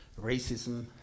racism